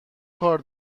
کار